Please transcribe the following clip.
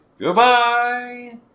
goodbye